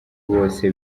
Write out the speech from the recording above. bose